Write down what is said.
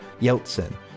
Yeltsin